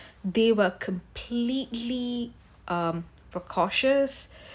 they were completely um precautious